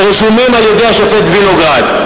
שרשומים על-ידי השופט וינוגרד.